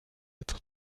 être